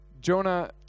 Jonah